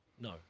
No